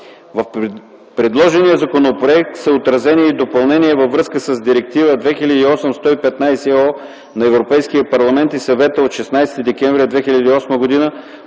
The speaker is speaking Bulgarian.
В предложения законопроект са отразени и допълнения във връзка с Директива 2008/115/ЕО на Европейския парламент и Съвета от 16 декември 2008 г.